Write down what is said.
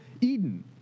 Eden